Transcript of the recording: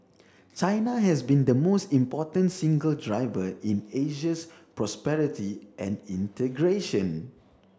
China has been the most important single driver in Asia's prosperity and integration